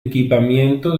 equipamiento